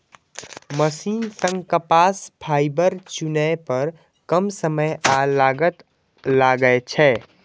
machine सं कपास fibre चुनै पर कम समय आ लागत लागै छै